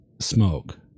smoke